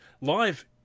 Live